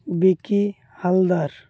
Vicky Haldar